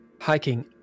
hiking